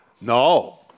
No